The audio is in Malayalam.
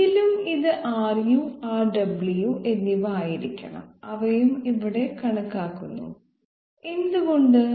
ഇതിലും ഇത് Ru Rw എന്നിവ ആയിരിക്കണം അവയും ഇവിടെ കണക്കാക്കുന്നു എന്തുകൊണ്ട്